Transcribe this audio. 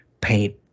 paint